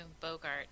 Bogart